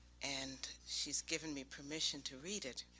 and she's given me permission to read it.